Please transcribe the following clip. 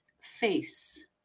face